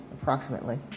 approximately